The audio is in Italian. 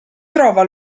trova